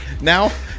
now